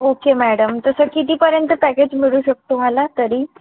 okay madam तसं कितीपर्यंत package मिळू शकतो मला तरी